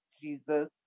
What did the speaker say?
jesus